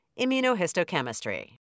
immunohistochemistry